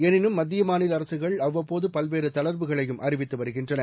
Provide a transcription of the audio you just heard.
எனினும் மத்திய மாநில அரசுகள் அவ்வப்போது பல்வேறு தளர்வுகளையும் அறிவித்து வருகின்றன